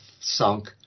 sunk